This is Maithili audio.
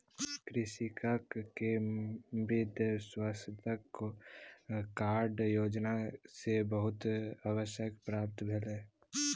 कृषक के मृदा स्वास्थ्य कार्ड योजना सॅ बहुत सहायता प्राप्त भेल